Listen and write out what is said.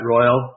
Royal